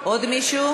עוד מישהו?